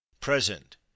present